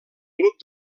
grup